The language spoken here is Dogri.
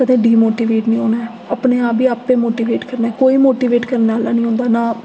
कदें डिमोटिवेट निं होना ऐ अपने आप गी आपें मोटिवेट करना ऐ कोई मोटिवेट करने आह्ला निं होंदा ना